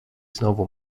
znowu